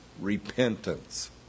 repentance